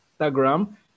Instagram